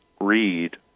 read